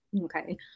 Okay